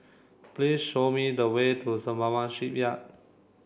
please show me the way to Sembawang Shipyard